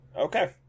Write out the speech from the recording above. okay